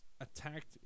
attacked